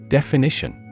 Definition